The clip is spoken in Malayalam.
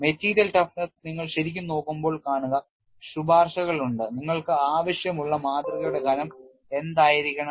മെറ്റീരിയൽ ടഫ്നെസ്സിലേക്ക് നിങ്ങൾ ശരിക്കും നോക്കുമ്പോൾ കാണുക ശുപാർശകൾ ഉണ്ട് നിങ്ങൾക്ക് ആവശ്യമുള്ള മാതൃകയുടെ കനം എന്തായിരിക്കണം